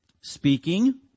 Speaking